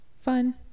Fun